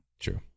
True